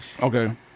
Okay